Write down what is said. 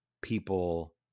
people